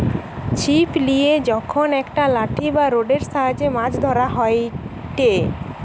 ছিপ লিয়ে যখন একটা লাঠি বা রোডের সাহায্যে মাছ ধরা হয়টে